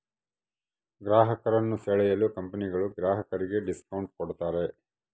ಗ್ರಾಹಕರನ್ನು ಸೆಳೆಯಲು ಕಂಪನಿಗಳು ಗ್ರಾಹಕರಿಗೆ ಡಿಸ್ಕೌಂಟ್ ಕೂಡತಾರೆ